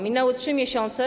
Minęły 3 miesiące.